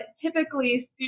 typically